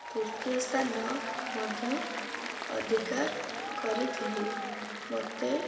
ତୃତୀୟ ସ୍ଥାନ ମଧ୍ୟ ଅଧିକାର କରିଥିଲି ମୋତେ